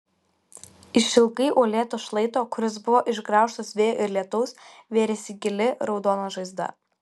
išilgai uolėto šlaito kuris buvo išgraužtas vėjo ir lietaus vėrėsi gili raudona žaizda